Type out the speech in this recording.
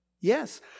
Yes